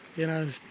you know,